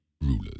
rulers